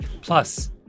Plus